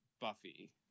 Buffy